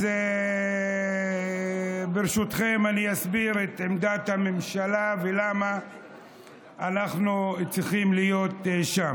אז ברשותכם אני אסביר את עמדת הממשלה ולמה אנחנו צריכים להיות שם.